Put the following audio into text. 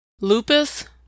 Lupus